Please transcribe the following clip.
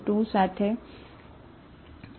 x0 પર છે